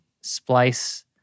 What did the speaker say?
splice